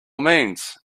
means